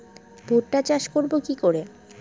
ভুট্টা চাষ করব কি করে?